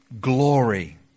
glory